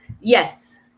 Yes